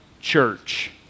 church